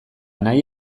nahi